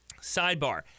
Sidebar